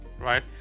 right